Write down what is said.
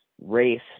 race